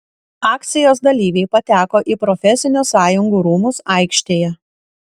akcijos dalyviai pateko į profesinių sąjungų rūmus aikštėje